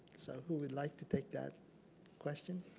so who would like to take that question?